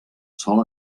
sol